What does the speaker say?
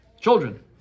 Children